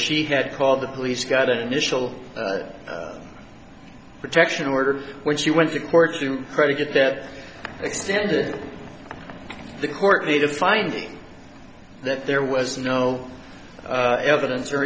she had called the police got an initial protection order when she went to court to try to get that extended the court made a finding that there was no evidence or